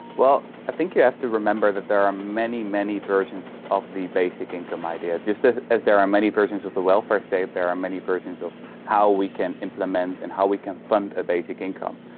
well, i think you have to remember that there are many, many versions of the basic income idea, just as as there are many versions of the welfare state, there are many versions of how we can implement and how we can fund a basic income.